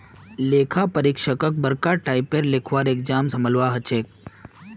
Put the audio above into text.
लेखा परीक्षकक बरका टाइपेर लिखवार एग्जाम संभलवा हछेक